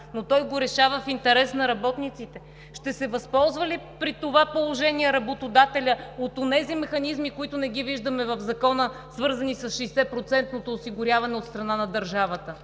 но той го решава в интерес на работниците. Ще се възползва ли при това положение работодателят от онези механизми, които не ги виждаме в Закона, свързани с 60%-ното осигуряване от държавата?